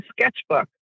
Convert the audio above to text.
sketchbook